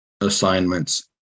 assignments